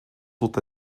sont